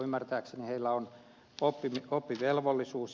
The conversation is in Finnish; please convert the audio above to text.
ymmärtääkseni heillä on oppivelvollisuus